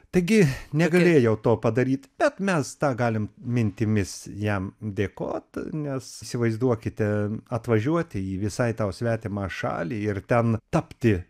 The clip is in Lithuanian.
taigi negalėjau to padaryt bet mes tą galim mintimis jam dėkot nes įsivaizduokite atvažiuoti į visai tau svetimą šalį ir ten tapti